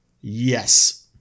Yes